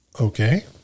Okay